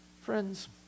friends